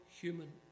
human